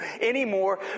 anymore